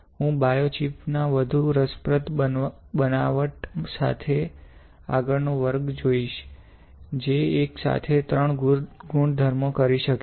હું બાયોચીપ ના વધુ રસપ્રદ બનાવટ સાથે આગળનો વર્ગ જોઇશ જે એક સાથે ત્રણ ગુણધર્મો કરી શકે છે